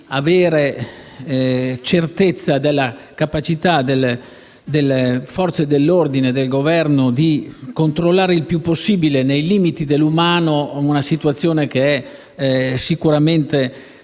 avere certezza della capacità delle Forze dell'ordine e del Governo di controllare il più possibile, nei limiti dell'umano, una situazione sicuramente